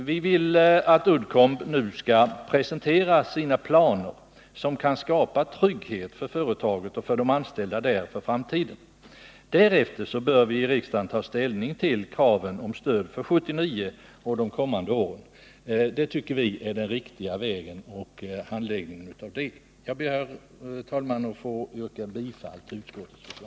Vi vill att Uddcomb nu skall presentera sina planer som kan skapa trygghet för företaget och de anställda för framtiden. Därefter bör vi i riksdagen ta ställning till kraven om stöd för 1979 och de kommande åren. Det tycker vi är den riktiga vägen. Herr talman! Jag ber att få yrka bifall till utskottets hemställan.